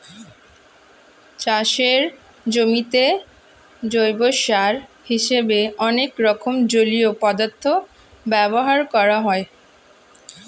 চাষের জমিতে জৈব সার হিসেবে অনেক রকম জলীয় পদার্থ ব্যবহার করা হয়